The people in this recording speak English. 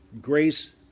grace